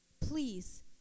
Please